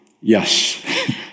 yes